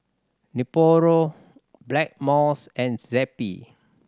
Nepro Blackmores and Zappy